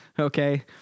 Okay